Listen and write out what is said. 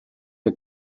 der